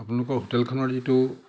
আপোনালোকৰ হোটেলখনৰ যিটো